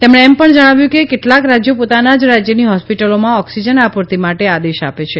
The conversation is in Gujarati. તેમણે એમ પણ જણાવ્યું કે કેટલાક રાજયો પોતાના જ રાજયની હોસ્પિટલોમાં ઓકસીજન આપુર્તી માટે આદેશ આપે છે